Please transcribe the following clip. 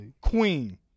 Queen